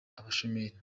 abashomeri